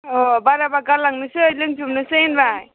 अ' बाराबा गारलांनोसै लोंजोबनोसै होनबाय